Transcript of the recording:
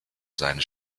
seine